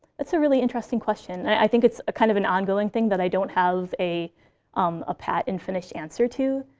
that's a really interesting question. i think it's kind of an ongoing thing that i don't have a um a pat and finished answer to.